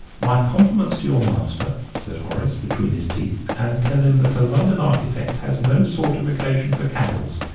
my compliments to your master, said horace, between his teeth, and tell him that a london architect has no sort of occasion for camels.